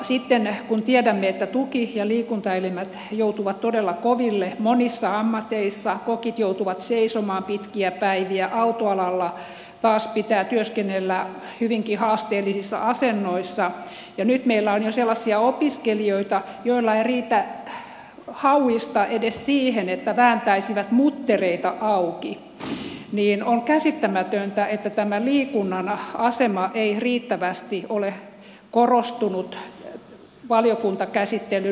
sitten kun tiedämme että tuki ja liikuntaelimet joutuvat todella koville monissa ammateissa kokit joutuvat seisomaan pitkiä päiviä autoalalla taas pitää työskennellä hyvinkin haasteellisissa asennoissa ja nyt meillä on jo sellaisia opiskelijoita joilla ei riitä hauista edes siihen että vääntäisivät muttereita auki niin on käsittämätöntä että tämä liikunnan asema ei riittävästi ole korostunut valiokuntakäsittelyn enemmistön kohdalla